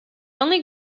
only